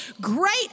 Great